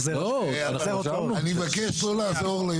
אני מבקש לא לעזור ליועץ המשפטי.